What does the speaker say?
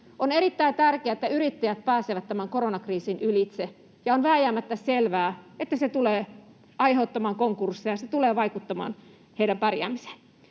On erittäin tärkeää, että yrittäjät pääsevät tämän koronakriisin ylitse, ja on vääjäämättä selvää, että se tulee aiheuttamaan konkursseja, se tulee vaikuttamaan heidän pärjäämiseensä.